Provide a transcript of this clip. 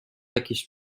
jakiś